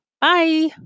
Bye